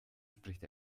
spricht